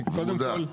קודם כל,